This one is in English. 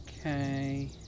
Okay